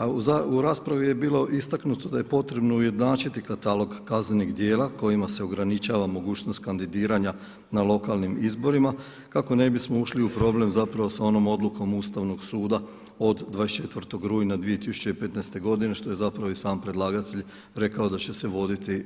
A u raspravi je bilo istaknuto da je potrebno ujednačiti katalog kaznenih djela kojima se ograničava mogućnost kandidiranja na lokalnim izborima kako ne bismo ušli u problem sa onom odlukom Ustavnog suda od 24. rujna 2015. godine što je i sam predlagatelj rekao da će se voditi